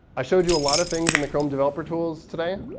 i showed you a lot of things in the chrome developer tools today.